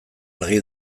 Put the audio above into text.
argi